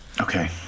Okay